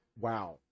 wow